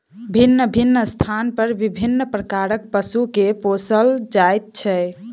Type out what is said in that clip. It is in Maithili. भिन्न भिन्न स्थान पर विभिन्न प्रकारक पशु के पोसल जाइत छै